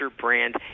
brand